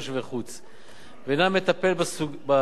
ואינה מטפלת בסוגיה בצורה מקיפה.